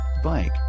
bike